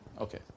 Okay